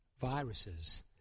viruses